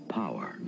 power